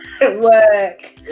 Work